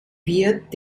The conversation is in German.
wird